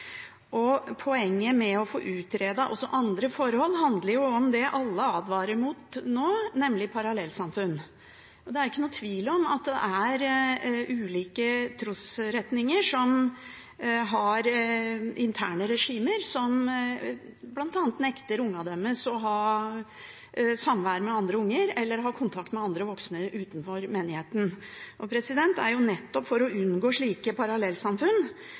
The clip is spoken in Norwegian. om. Poenget med å få utredet også andre forhold handler jo om det alle advarer mot nå, nemlig parallellsamfunn. Det er ingen tvil om at det er ulike trosretninger som har interne regimer som bl.a. nekter ungene deres å ha samvær andre unger eller kontakt med andre voksne utenfor menigheten. Det er nettopp for å unngå at det blir slike parallellsamfunn